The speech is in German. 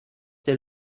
der